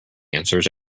answers